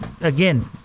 again